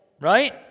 right